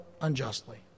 unjustly